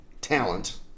talent